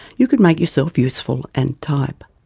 you could make yourself useful and type.